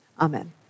Amen